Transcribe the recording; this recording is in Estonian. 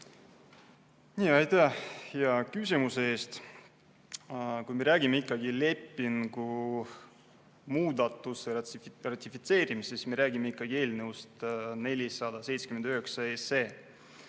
hea küsimuse eest! Kui me räägime lepingu muudatuse ratifitseerimisest, siis me räägime ikkagi eelnõust 479.